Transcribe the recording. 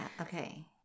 Okay